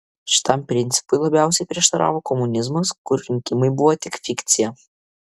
šitam principui labiausiai prieštaravo komunizmas kur rinkimai buvo tik fikcija